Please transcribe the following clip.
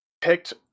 picked